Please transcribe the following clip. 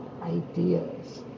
ideas